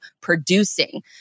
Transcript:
producing